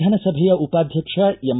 ವಿಧಾನಸಭೆಯ ಉಪಾಧ್ಯಕ್ಷ ಎಂ